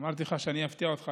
אמרתי לך שאני אפתיע אותך.